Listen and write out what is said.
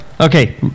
Okay